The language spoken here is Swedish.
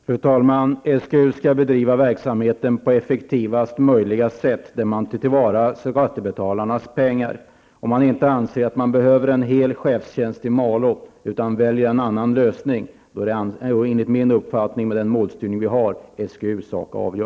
Fru talman! SGU skall bedriva verksamheten på effektivaste möjliga sätt. Man skall ta till vara skattebetalarnas pengar. Om man inte anser att man behöver en hel chefstjänst i Malå utan väljer en annan lösning är det enligt min uppfattning, med den målstyrning vi har, upp till SGU.